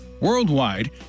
worldwide